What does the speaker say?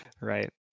right